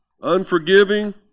unforgiving